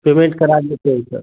payment करा लेते हैं सर